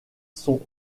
son